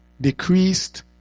decreased